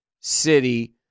city